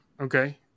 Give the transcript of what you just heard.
okay